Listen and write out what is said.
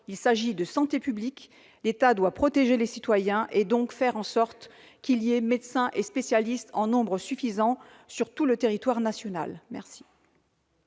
il s'agit de santé publique. L'État doit protéger les citoyens et donc faire en sorte qu'il y ait des médecins et des spécialistes en nombre suffisant sur tout le territoire national. La